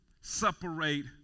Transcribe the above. separate